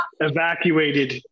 evacuated